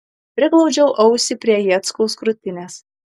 priglaudžiau ausį prie jackaus krūtinės